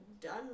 done